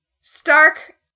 Stark